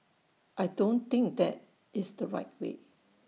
I don't think that is the right way